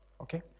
okay